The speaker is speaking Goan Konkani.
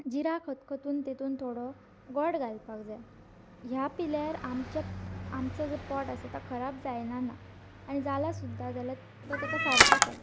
जिरें खतखतून तेतून थोडो गोड घालपाक जाय ह्या पिल्यार आमच्या आमचो जो पोट आसा तो खराब जायना ना आनी जाला सुद्दा जाल्यार तो तेका सारकें करता